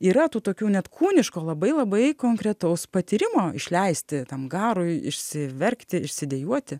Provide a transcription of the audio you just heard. yra tų tokių net kūniško labai labai konkretaus patyrimo išleisti tam garui išsiverkti išsidejuoti